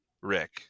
Rick